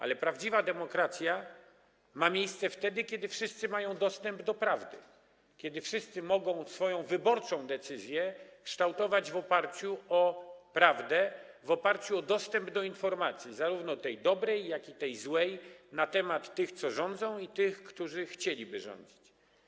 Ale prawdziwa demokracja jest wtedy, kiedy wszyscy mają dostęp do prawdy, kiedy wszyscy mogą swoją wyborczą decyzję kształtować w oparciu o prawdę, w oparciu o dostęp do informacji, zarówno tej dobrej, jak i tej złej, na temat tych, co rządzą, i tych, którzy chcieliby rządzić.